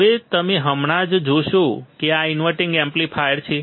હવે તમે હમણાં જ જોશો કે આ એક ઇન્વર્ટીંગ એમ્પ્લીફાયર છે